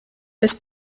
bis